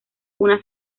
una